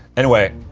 anyway,